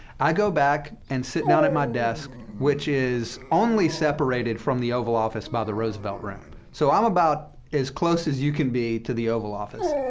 i go back and sit down at my desk, which is only separated from the oval office by the roosevelt room. so i'm about as close as you can be to the oval office.